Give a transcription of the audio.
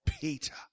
Peter